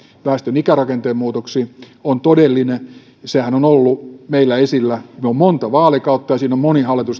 väestön ikärakenteen muutoksiin on todellinen sehän on ollut meillä esillä meillä on monta vaalikautta ja moni hallitus